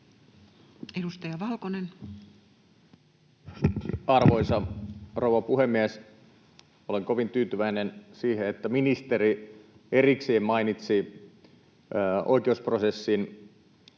17:03 Content: Arvoisa rouva puhemies! Olen kovin tyytyväinen siihen, että ministeri erikseen mainitsi oikeusprosessin